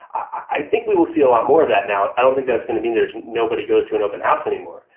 i think we will see a lot more of that now. i don't think that's going to mean there's nobody goes to an open house anymore,